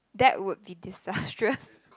that would be disastrous